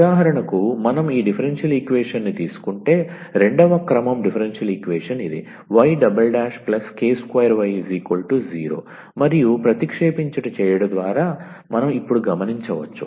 ఉదాహరణకు మనం ఈ డిఫరెన్షియల్ ఈక్వేషన్ని తీసుకుంటే రెండవ క్రమం డిఫరెన్షియల్ ఈక్వేషన్ ఇది 𝑦′′ 𝑘2𝑦 0 మరియు ప్రతిక్షేపించుట చేయడం ద్వారా మనం ఇప్పుడు గమనించవచ్చు